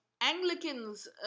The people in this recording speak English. Anglicans